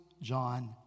John